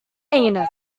innit